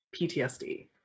PTSD